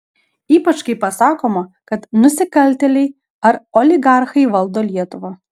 ypač kai pasakoma kad nusikaltėliai ar oligarchai valdo lietuvą